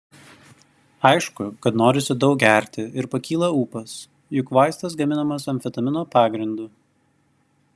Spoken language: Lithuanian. aišku kad norisi daug gerti ir pakyla ūpas juk vaistas gaminamas amfetamino pagrindu